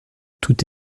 tout